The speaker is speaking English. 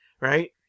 Right